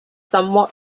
somewhat